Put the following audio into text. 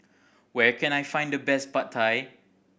where can I find the best Pad Thai